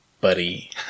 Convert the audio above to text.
buddy